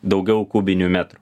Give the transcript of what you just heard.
daugiau kubinių metrų